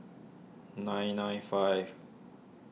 nine nine five